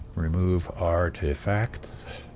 remove artefacts